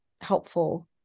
helpful